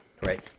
Right